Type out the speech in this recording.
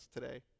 today